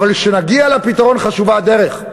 אבל כשנגיע לפתרון חשובה הדרך.